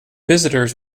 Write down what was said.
visitors